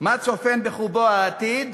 מה צופן בחובו העתיד,